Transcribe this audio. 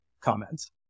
comments